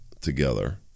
together